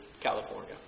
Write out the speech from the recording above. California